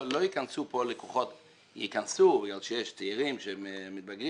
לא ייכנסו לקוחות חדשים ייכנסו כי יש צעירים שמתבגרים